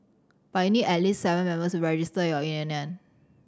but you need at least seven members to register your union